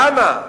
למה?